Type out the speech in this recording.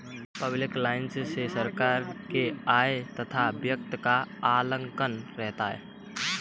public finance मे सरकार के आय तथा व्यय का आकलन रहता है